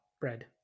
bread